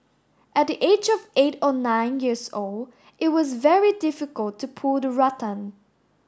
at the age of eight or nine years old it was very difficult to pull the rattan